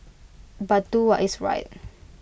but do what is right